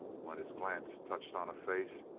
when his glance touched on a face,